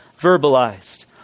verbalized